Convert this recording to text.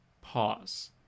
pause